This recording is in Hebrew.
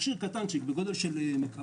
זה מכשיר קטנצ'יק, בגודל של מקרר.